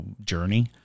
journey